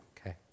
Okay